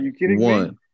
one